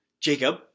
Jacob